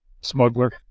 Smuggler